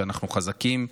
שאנחנו חזקים.